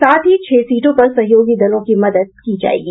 साथ ही छह सीटों पर सहयोगी दलों की मदद की जायेगी